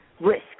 risks